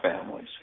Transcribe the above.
families